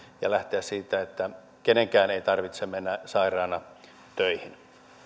ja lähteä siitä että kenenkään ei tarvitse mennä sairaana töihin